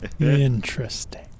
Interesting